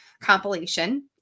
compilation